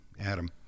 Adam